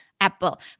Apple